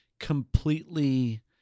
completely